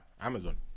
Amazon